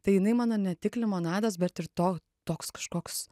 tai jinai mano ne tik limonadas bet ir to toks kažkoks